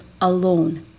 alone